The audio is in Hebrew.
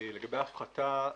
לגבי ההפחתה,